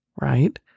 right